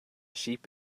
sheep